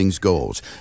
goals